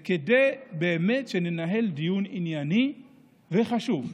כדי שבאמת ננהל דיון ענייני וחשוב.